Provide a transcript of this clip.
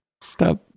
Stop